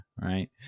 Right